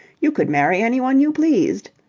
you could marry anyone you pleased.